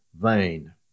vain